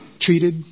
treated